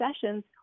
sessions